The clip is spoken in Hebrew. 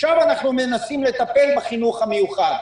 ועכשיו אנחנו מנסים לטפל בחינוך המיוחד.